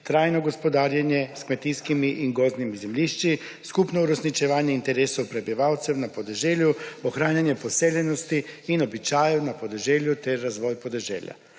trajno gospodarjenje s kmetijskimi in gozdnimi zemljišči, skupno uresničevanje interesov prebivalcem na podeželju, ohranjanje poseljenosti in običajev na podeželju ter razvoj podeželja.